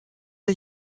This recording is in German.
der